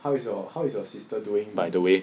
how is your how is your sister doing by the way